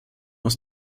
aus